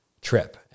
trip